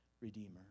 Redeemer